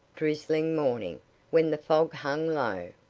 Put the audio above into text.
drizzling morning when the fog hung low,